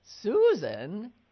Susan